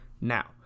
Now